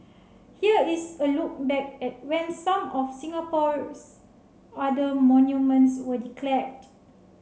here is a look back at when some of Singapore's other monuments were declared